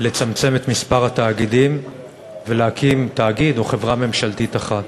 לצמצם את מספר התאגידים ולהקים תאגיד או חברה ממשלתית אחת,